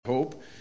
hope